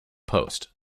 post